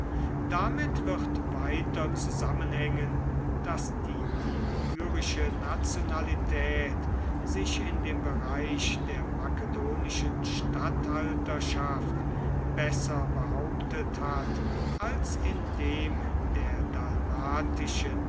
damit wird weiter zusammenhängen daß die illyrische nationalität sich in dem bereich der makedonischen statthalterschaft besser behauptet hat als in dem der